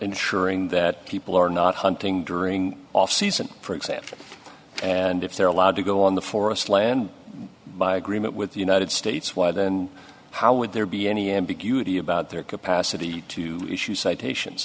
ensuring that people are not hunting during off season for example and if they're allowed to go on the forest land by agreement with the united states why then how would there be any ambiguity about their capacity to issue citations